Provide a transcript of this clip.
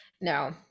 No